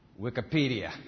Wikipedia